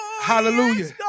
hallelujah